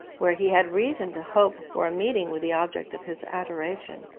where he had reason to hope for a meeting with the object of his adoration.